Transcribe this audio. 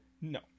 No